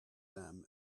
them